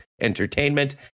entertainment